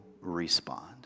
respond